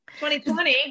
2020